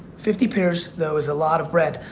fifty pairs though is a lot of bread.